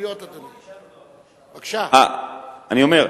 אני אומר,